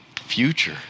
future